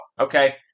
Okay